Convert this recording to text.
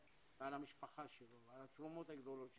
המשפחה שלו ועל התרומות הגדולות שלו,